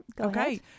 Okay